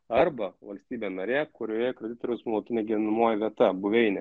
arba valstybė narė kurioje kreditoriaus nuolatinė gyvenamoji vieta buveinė